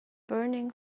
burning